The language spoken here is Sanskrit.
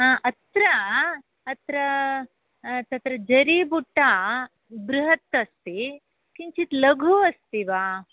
अत्र अत्र तत्र जरीबुट्टा बृहत् अस्ति किञ्चित् लघु अस्ति वा